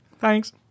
Thanks